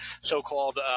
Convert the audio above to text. so-called